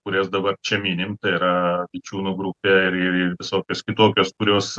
kurias dabar čia minim tai yra vičiūnų grupė ir ir ir visokios kitokios kurios